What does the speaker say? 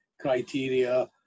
criteria